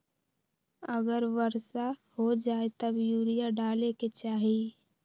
अगर वर्षा हो जाए तब यूरिया डाले के चाहि?